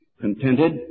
contented